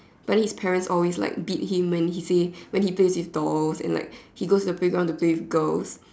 but then his parents always like him when he plays with these dolls and he goes to the playground and play with these girls